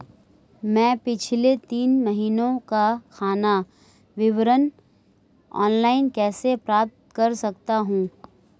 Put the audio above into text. मैं पिछले तीन महीनों का खाता विवरण ऑनलाइन कैसे प्राप्त कर सकता हूं?